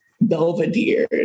Belvedere